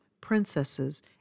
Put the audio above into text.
princesses